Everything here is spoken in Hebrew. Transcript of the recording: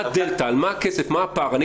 מה הדלתה, מה הפער?